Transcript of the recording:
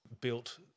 built